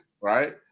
Right